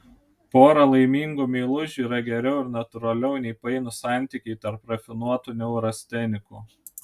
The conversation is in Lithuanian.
pora laimingų meilužių yra geriau ir natūraliau nei painūs santykiai tarp rafinuotų neurastenikų